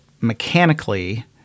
mechanically